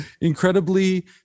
incredibly